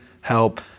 help